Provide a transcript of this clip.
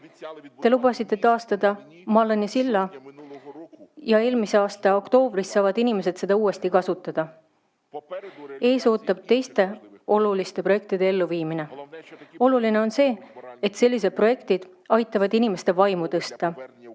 Te lubasite taastada Malõni silla ja eelmise aasta oktoobrist saavad inimesed seda uuesti kasutada. Ees ootab teiste oluliste projektide elluviimine. Oluline on see, et sellised projektid aitavad inimeste vaimu tõsta,